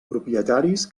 propietaris